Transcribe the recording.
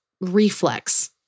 reflex